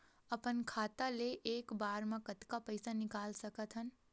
अपन खाता ले एक बार मा कतका पईसा निकाल सकत हन?